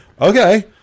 okay